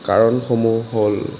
কাৰণসমূহ হ'ল